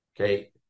okay